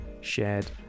shared